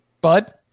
bud